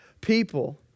people